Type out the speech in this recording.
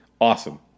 Awesome